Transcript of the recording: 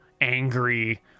angry